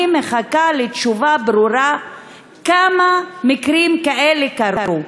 אני מחכה לתשובה ברורה כמה מקרים כאלה קרו.